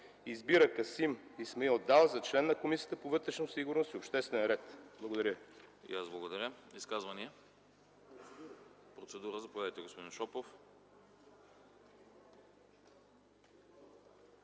Избира Касим Исмаил Дал за член на Комисията по вътрешна сигурност и обществен ред.” Благодаря